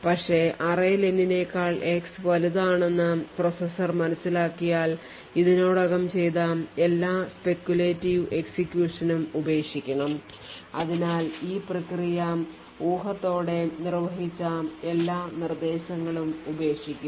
പക്ഷേ array len നേക്കാൾ x വലുതാണെന്ന് പ്രോസസർ മനസിലാക്കിയാൽ ഇതിനകം ചെയ്ത എല്ലാ speculative execution ഉം ഉപേക്ഷിക്കണം അതിനാൽ ഈ പ്രക്രിയ ഊഹത്തോടെ നിർവഹിച്ച എല്ലാ നിർദ്ദേശങ്ങളും ഉപേക്ഷിക്കും